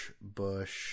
Bush